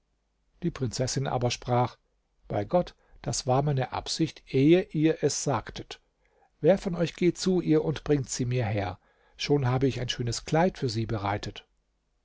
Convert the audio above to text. die prinzessin aber sprach bei gott das war meine absicht ehe ihr es sagtet wer von euch geht zu ihr und bringt sie mir her schon habe ich ein schönes kleid für sie bereitet